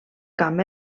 camp